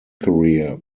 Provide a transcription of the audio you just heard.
career